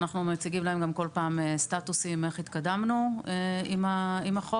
אנחנו גם מציגים להם כל פעם סטטוסים איך התקדמנו עם החוק.